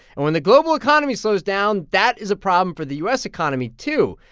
and when the global economy slows down, that is a problem for the u s. economy, too,